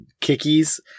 kickies